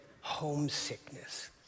homesickness